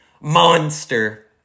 monster